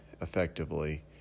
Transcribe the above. effectively